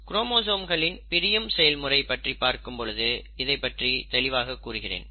குரோமோசோம்களின் பிரியும் செயல்முறை பற்றி பார்க்கும் பொழுது இதை பற்றி தெளிவாக கூறுகிறேன்